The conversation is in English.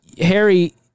Harry